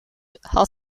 had